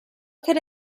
could